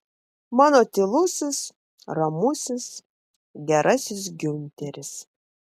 mano tylusis ramusis gerasis giunteris